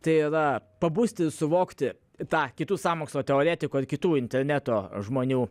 tai yra pabusti suvokti tą kitų sąmokslo teoretikų ar kitų interneto žmonių